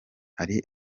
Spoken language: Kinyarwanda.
hari